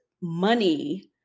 money